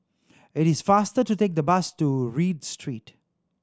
it is faster to take the bus to Read Street